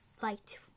fight